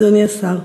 אדוני השר,